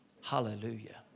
Hallelujah